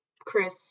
Chris